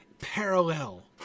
parallel